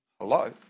Hello